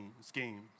schemes